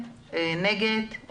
מי נגד?